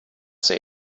say